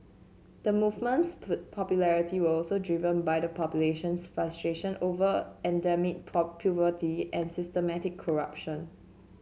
the movement's popularity were also driven by the population's frustration over endemic poverty and systemic corruption